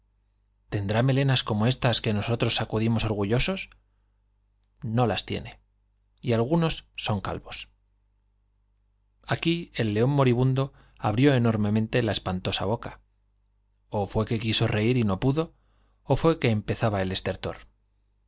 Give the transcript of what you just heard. tendrá melenas éstas que como nosotros sacu dimos orgullosos no las tiene y algunos son calvos aquí el león moribundo abrío enormemente la espan tosa boca ó fué que quiso reir y no pudo ó fué que empezaba el estertor